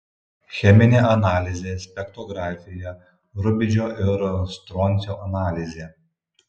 cheminė analizė spektrografija rubidžio ir stroncio analizė